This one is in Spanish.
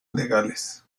legales